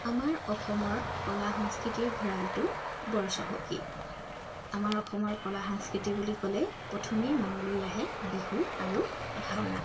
আমাৰ অসমৰ কলা সংস্কৃতিৰ ভঁৰালটো বৰ চহকী আমাৰ অসমৰ কলা সংস্কৃতি বুলি ক'লে প্ৰথমেই মনলৈ আহে বিহু আৰু ভাওনা